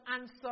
answer